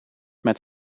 met